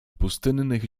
pustynnych